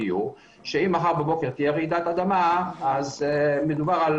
שאם מחר בבוקר תהיה רעידת אדמה אז מדובר על